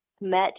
met